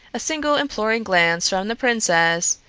a single imploring glance from the princess,